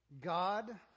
God